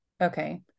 Okay